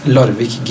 Larvik